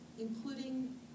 including